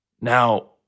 Now